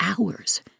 hours